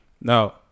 Now